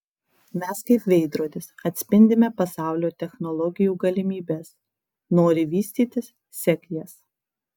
mes kaip veidrodis atspindime pasaulio technologijų galimybes nori vystytis sek jas